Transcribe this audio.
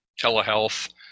telehealth